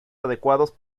adecuados